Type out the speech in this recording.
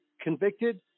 convicted